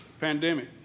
pandemic